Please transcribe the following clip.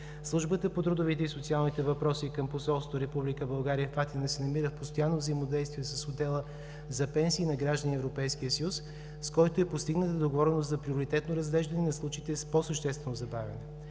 Службата по трудовите и социалните въпроси към посолството на Република България в Атина се намира в постоянно взаимодействие с отдела за пенсии на граждани от Европейския съюз, с който е постигната договореност за приоритетно разглеждане на случаите с по-съществено забавяне.